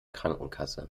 krankenkasse